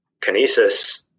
Kinesis